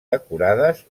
decorades